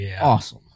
awesome